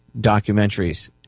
documentaries